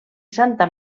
santa